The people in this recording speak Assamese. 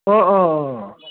অঁ অঁ অঁ